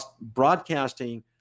broadcasting